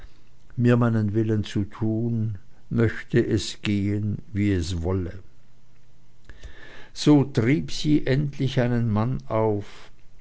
mir meinen willen zu tun möchte es gehen wie es wolle so trieb sie endlich einen mann auf